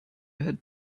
had